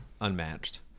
unmatched